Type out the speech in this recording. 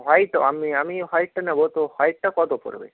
white আমি আমি হোয়াইটটা নেব তো হোয়াইটটা কত পড়বে